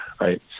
Right